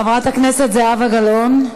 חברת הכנסת זהבה גלאון,